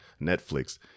Netflix